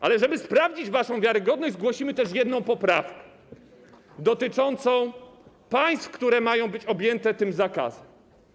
Ale żeby sprawdzić waszą wiarygodność, zgłosimy też jedną poprawkę, dotyczącą państw, które mają być objęte tym zakazem.